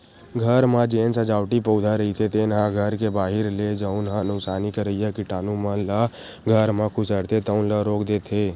घर म जेन सजावटी पउधा रहिथे तेन ह घर के बाहिर ले जउन ह नुकसानी करइया कीटानु मन ल घर म खुसरथे तउन ल रोक देथे